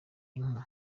inka